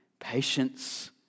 patience